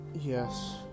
Yes